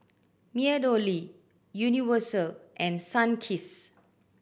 MeadowLea Universal and Sunkist